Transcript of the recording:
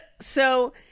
So-